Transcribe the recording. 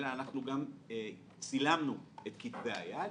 אלא אנחנו גם צילמנו את כתבי היד,